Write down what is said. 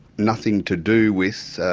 nothing to do with.